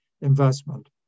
investment